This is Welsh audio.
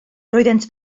roeddent